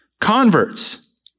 converts